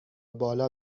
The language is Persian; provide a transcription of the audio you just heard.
بالا